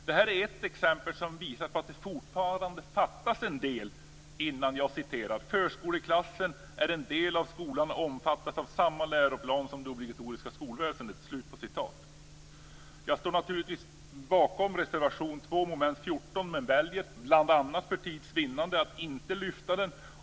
Detta är ett exempel som visar på att det fortfarande fattas en del innan "förskoleklassen är en del av skolan och omfattas av samma läroplan som det obligatoriska skolväsendet". Jag står naturligtvis bakom reservation 2 under mom. 17 men väljer bl.a. för tids vinnande att inte lyfta fram den.